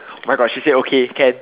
my gosh she say okay can